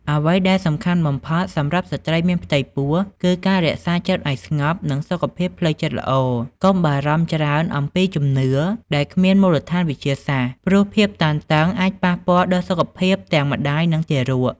អ្វីដែលសំខាន់បំផុតសម្រាប់ស្ត្រីមានផ្ទៃពោះ គឺការរក្សាចិត្តឲ្យស្ងប់ និងសុខភាពផ្លូវចិត្តល្អ កុំបារម្ភច្រើនអំពីជំនឿដែលគ្មានមូលដ្ឋានវិទ្យាសាស្ត្រ ព្រោះភាពតានតឹងអាចប៉ះពាល់ដល់សុខភាពទាំងម្តាយ និងទារក ។